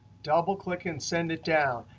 double-click, and send it down.